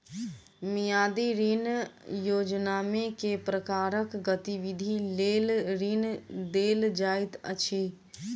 मियादी ऋण योजनामे केँ प्रकारक गतिविधि लेल ऋण देल जाइत अछि